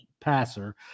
passer